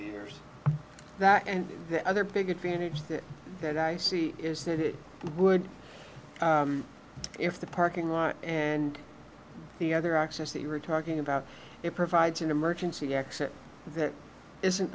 years and the other big advantage that i see is that it would if the parking lot and the other access that you were talking about it provides an emergency exit that isn't